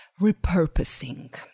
repurposing